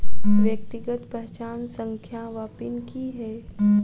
व्यक्तिगत पहचान संख्या वा पिन की है?